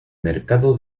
mercado